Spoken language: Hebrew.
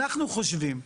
אנחנו חושבים,